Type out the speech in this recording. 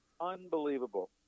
unbelievable